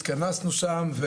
התכנסנו שם,